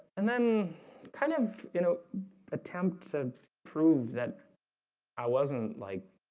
and then kind of you know attempt to prove that i wasn't like